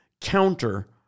counter